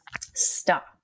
Stop